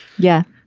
yeah.